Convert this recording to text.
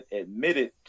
admitted